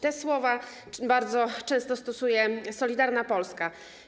Te słowa bardzo często stosuje Solidarna Polska.